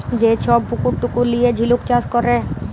যে ছব পুকুর টুকুর লিঁয়ে ঝিলুক চাষ ক্যরে